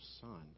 son